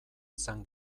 izan